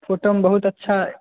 फोटोमे बहुत अच्छा